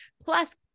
plus